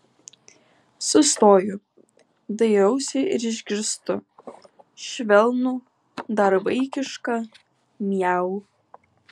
sustoju dairausi ir išgirstu švelnų dar vaikišką miau